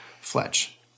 Fletch